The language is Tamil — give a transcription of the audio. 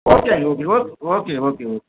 ஓகேங்க ஓகே ஓகே ஓகே ஓகே